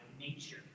nature